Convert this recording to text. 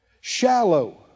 Shallow